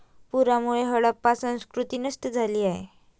पुरामुळे हडप्पा संस्कृती नष्ट झाली